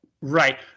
Right